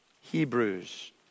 Hebrews